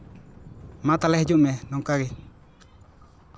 ᱢᱟ ᱛᱟᱦᱞᱮ ᱦᱤᱡᱩᱜ ᱢᱮ ᱱᱚᱝᱠᱟᱜᱮ